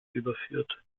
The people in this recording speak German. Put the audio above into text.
überführt